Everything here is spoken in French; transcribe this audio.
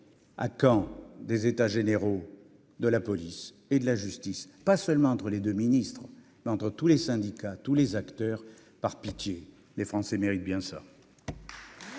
à quand des états généraux de la police et de la justice, pas seulement entre les 2 ministres d'entre tous les syndicats, tous les acteurs, par pitié, les Français méritent bien ça.